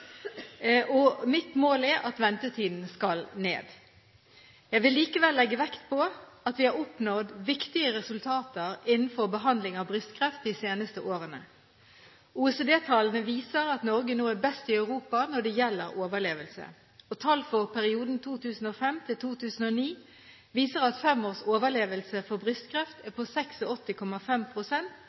og mitt mål er at ventetiden skal ned. Jeg vil likevel legge vekt på at vi har oppnådd viktige resultater innen behandling av brystkreft de seneste årene. OECD-tallene viser at Norge nå er best i Europa når det gjelder overlevelse. Tall for perioden 2005–2009 viser at fem års overlevelse for brystkreft er på